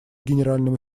генеральному